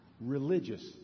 religious